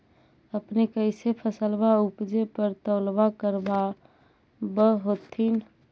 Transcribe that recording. अपने कैसे फसलबा उपजे पर तौलबा करबा होत्थिन?